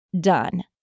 done